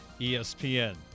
ESPN